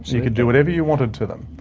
you could do whatever you wanted to them.